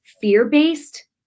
fear-based